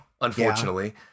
unfortunately